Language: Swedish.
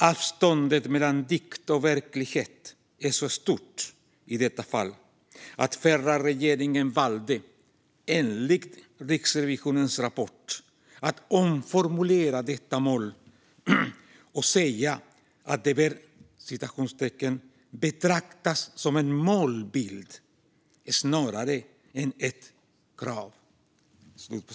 Avståndet mellan dikt och verklighet är i detta fall så stort att den förra regeringen enligt Riksrevisionens rapport valde att omformulera detta mål och säga att det bör "betraktas som en målbild, snarare än ett krav".